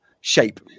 shape